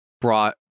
brought